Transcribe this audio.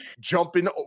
jumping